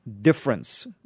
difference